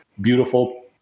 beautiful